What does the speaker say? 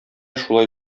шулай